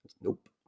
Nope